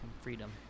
Freedom